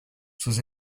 sus